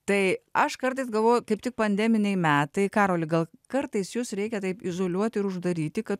tai aš kartais galvoju kaip tik pandeminiai metai karoli gal kartais jus reikia taip izoliuoti ir uždaryti kad